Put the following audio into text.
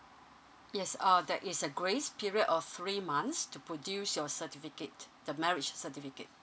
yes uh that is a grace period of three months to produce your certificate the marriage certificate